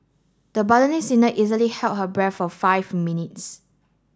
the singer easily held her breath for five minutes